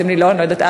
אני לא יודעת,